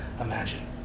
imagine